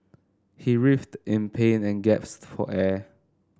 he writhed in pain and gasped for air